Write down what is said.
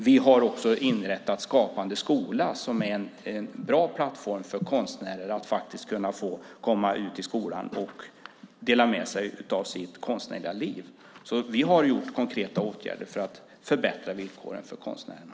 Vi har också inrättat Skapande skola, som är en bra plattform för konstnärer att få komma ut till skolorna och dela med sig av sitt konstnärliga liv. Så vi har vidtagit konkreta åtgärder för att förbättra villkoren för konstnärerna.